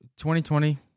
2020